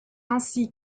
ainsi